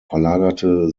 verlagerte